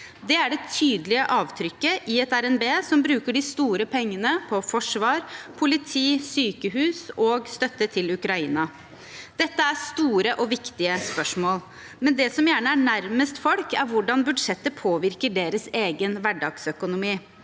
Det er det tydelige avtrykket i et RNB som bruker de store pengene på forsvar, politi, sykehus og støtte til Ukraina. Dette er store og viktige spørsmål, men det som gjerne er nærmest folk, er hvordan budsjettet påvirker deres egen hverdagsøkonomi.